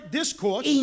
discourse